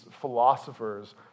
philosophers